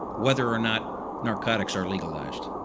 whether or not narcotics are legalized.